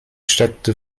steckte